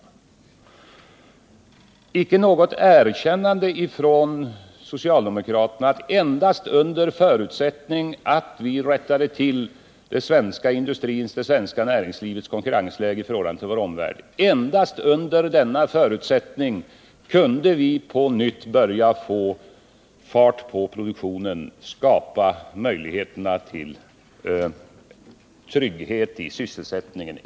Det har icke kommit något erkännande från socialdemokraterna att det endast var under förutsättning att vi rättade till det svenska näringslivets konkurrensläge i förhållande till omvärlden som vi på nytt kunde börja få fart på produktionen och skapa möjligheter till trygghet i sysselsättningen.